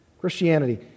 Christianity